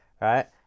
right